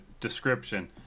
description